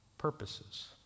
purposes